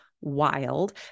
Wild